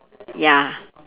ya